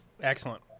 Excellent